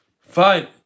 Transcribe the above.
Fine